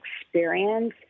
experience